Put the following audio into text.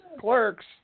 clerks